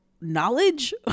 knowledge